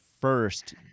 first